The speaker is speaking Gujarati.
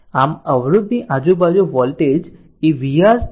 આમ અવરોધની આજુ બાજુ વોલ્ટેજ એ vR t i R છે